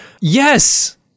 Yes